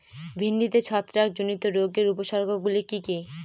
ভিন্ডিতে ছত্রাক জনিত রোগের উপসর্গ গুলি কি কী?